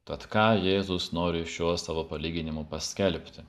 tad ką jėzus nori šiuo savo palyginimu paskelbti